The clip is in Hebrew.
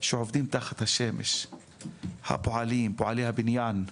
שעובדים תחת השמש, הפועלים, פועלי הבניין,